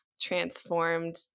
transformed